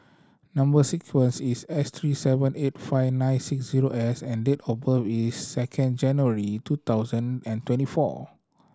number sequence is S three seven eight five nine six zero S and date of birth is second January two thousand and twenty four